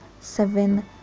seven